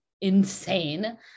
insane